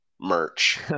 merch